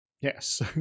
Yes